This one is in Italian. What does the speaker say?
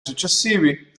successivi